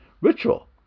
ritual